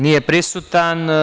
Nije prisutan.